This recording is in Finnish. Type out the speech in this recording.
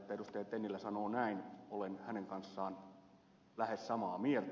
tennilä sanoo näin olen hänen kanssaan lähes samaa mieltä